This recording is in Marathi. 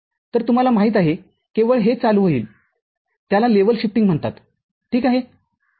तर तुम्हाला माहित आहे केवळ हे चालू होईल त्याला लेव्हल शिफ्टिंगम्हणतात ठीक आहे